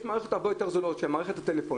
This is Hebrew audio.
יש מערכת הרבה יותר זולה שהיא מערכת הטלפונים.